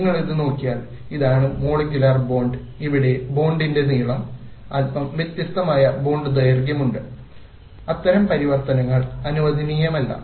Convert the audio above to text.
നിങ്ങൾ ഇത് നോക്കിയാൽ ഇതാണ് മോളിക്യുലർ ബോണ്ട് ഇവിടെ ബോണ്ടിന്റെ നീളം അല്പം വ്യത്യസ്തമായ ബോണ്ട് ദൈർഘ്യമുണ്ട് അത്തരം പരിവർത്തനങ്ങൾ അനുവദനീയമല്ല